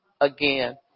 again